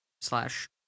slash